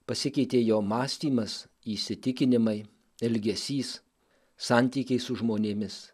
pasikeitė jo mąstymas įsitikinimai elgesys santykiai su žmonėmis